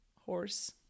horse